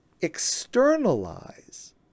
externalize